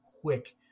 quick